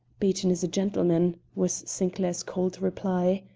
beaton is a gentleman, was sinclair's cold reply.